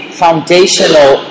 foundational